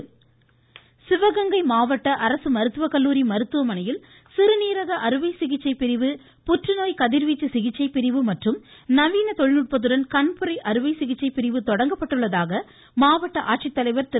இருவரி சிவகங்கை மாவட்ட அரசு மருத்துவக்கல்லூரி மருத்துவமனையில் சிறுநீரக அறுவை சிகிச்சை பிரிவு புற்றுநோய் கதிர்வீச்சு சிகிச்சை பிரிவு மற்றும் நவீன தொழில்நுட்பத்துடன் கண்புரை அறுவை சிகிச்சை பிரிவு தொடங்கப்பட்டுள்ளதாக மாவட்ட ஆட்சித்தலைவர் திரு